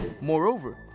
Moreover